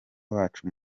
wacu